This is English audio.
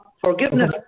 forgiveness